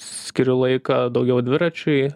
skiriu laiką daugiau dviračiui